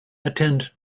attend